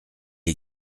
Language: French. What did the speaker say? est